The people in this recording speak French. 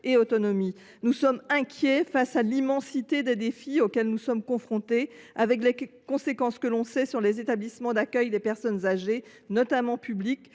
et autonomie. Nous sommes inquiets face à l’immensité des défis auxquels nous sommes confrontés. Nous en connaissons les conséquences sur les établissements d’accueil des personnes âgées, notamment publics,